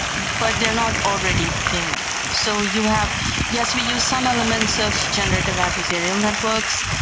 but they're not already there. so you have yes, we use some elements of generative adversarial networks,